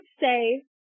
say